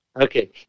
Okay